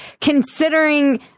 considering